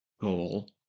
goal